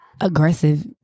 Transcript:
aggressive